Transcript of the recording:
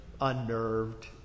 unnerved